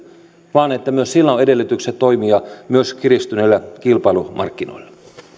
vaan että myös sillä on edellytykset toimia kiristyneillä kilpailumarkkinoilla